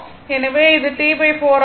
எனவே இது T4 ஆகும்